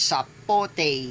Sapote